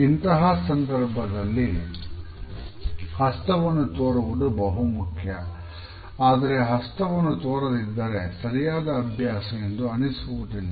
ಇಂತಹ ಸಂದರ್ಭದಲ್ಲಿ ಹಸ್ತವನ್ನು ತೋರುವುದು ಬಹುಮುಖ್ಯ ಆದರೆ ಹಸ್ತವನ್ನು ತೋರದಿದ್ದರೆ ಸರಿಯಾದ ಅಭ್ಯಾಸ ಎಂದು ಅನಿಸುವುದಿಲ್ಲ